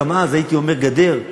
גם אז כשהייתי אומר: גדר,